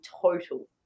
total